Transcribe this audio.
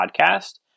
podcast